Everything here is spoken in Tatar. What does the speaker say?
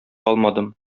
алмадым